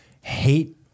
hate